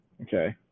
Okay